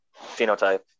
phenotype